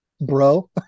Bro